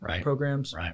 programs